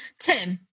Tim